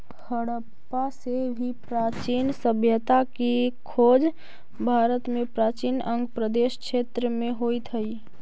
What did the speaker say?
हडप्पा से भी प्राचीन सभ्यता के खोज भारत में प्राचीन अंग प्रदेश क्षेत्र में होइत हई